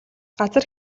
газар